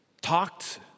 talked